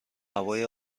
هوای